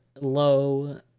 low